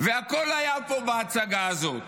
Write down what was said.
והכול היה פה בהצגה הזאת,